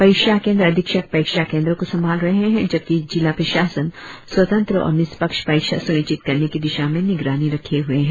परीक्षा केंद्र अधीक्षक परीक्षा केंद्रो को सम्भाल रहे है जबकी जिला प्रशासन स्वतंत्र और निष्पक्ष परीक्षा सुनिश्चित करने की दिशा में निगरानी रखे हिए है